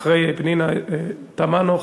אחרי פנינה תמנו,